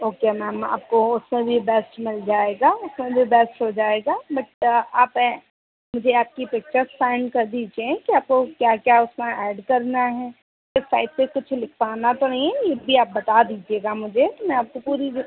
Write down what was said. okay ma'am आपको उसमें भी बेस्ट मिल जाएगा उसमें भी बेस्ट हो जाएगा बट आप मुझे आपकी पिक्चर सेंड कर दीजिए कि आपको क्या क्या उसमें ऐड करना है इस टाइप से कुछ लिखवाना तो नहीं है ये भी आप बता दीजिएगा मुझे तो मैं आपको पूरी